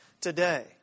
today